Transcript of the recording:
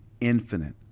infinite